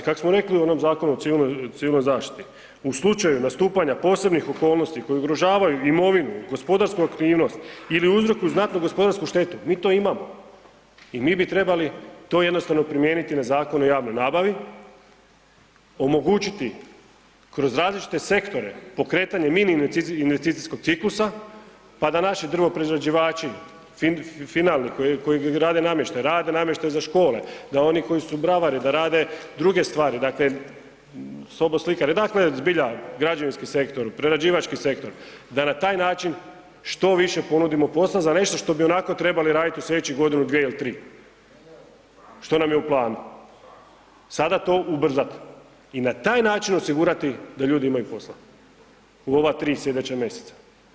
Kako smo rekli u onom Zakonu o civilnoj zaštiti „u slučaju nastupanja posebnih okolnosti koje ugrožavaju imovinu, gospodarsku aktivnost ili uzrokuju znatnu gospodarsku štetu“, mi to imamo i mi bi trebali to jednostavno primijeniti na Zakon o javnoj nabavi, omogućiti kroz različite sektore pokretanje mini investicijskog ciklusa pa da naši drvoprerađivači finalni koji grade namještaj, rade namještaj za škole da oni koji su bravari da rade druge stvari, soboslikari, dakle zbilja građevinski sektor, prerađivački sektora da na taj način što više ponudimo posla za nešto što bi ionako trebali radit u slijedećih godinu, dvije ili tri, što nam je u planu, sada to ubrzat i na taj način osigurati da ljudi imaju posla u ova 3 sljedeća mjeseca.